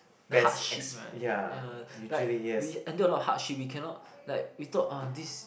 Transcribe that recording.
the hardship right yeah like we endure a lot of hardship we cannot like we thought ah this